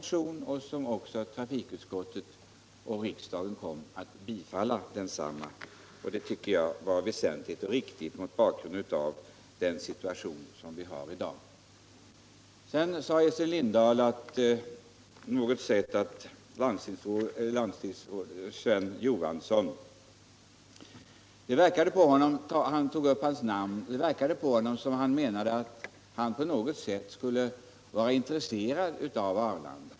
Trafikutskottet och riksdagen biföll sedan vår motion, vilket jag tycker var riktigt i betraktande av den situation vi har i dag. Sedan nämnde Essen Lindahl landstingsrådet Sven Johanssons namn — det verkade som om han menade att Sven Johansson skulle vara intresserad av Arlanda.